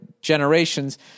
generations